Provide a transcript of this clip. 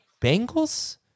Bengals